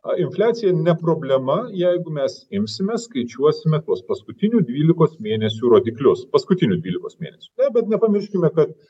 a infliacija ne problema jeigu mes imsime skaičiuosime tuos paskutinių dvylikos mėnesių rodiklius paskutinių dvylikos mėnesių na bet nepamirškime kad